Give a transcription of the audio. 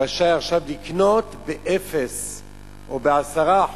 רשאי עכשיו לקנות באפס או ב-10%